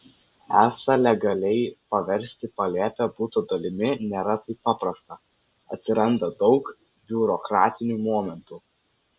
esą legaliai paversti palėpę buto dalimi nėra taip paprasta atsiranda daug biurokratinių momentų